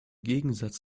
gegensatz